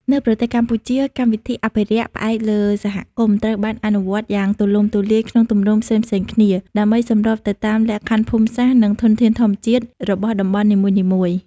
នៅប្រទេសកម្ពុជា កម្មវិធីអភិរក្សផ្អែកលើសហគមន៍ ត្រូវបានអនុវត្តយ៉ាងទូលំទូលាយក្នុងទម្រង់ផ្សេងៗគ្នា ដើម្បីសម្របទៅតាមលក្ខខណ្ឌភូមិសាស្ត្រ និងធនធានធម្មជាតិរបស់តំបន់នីមួយៗ។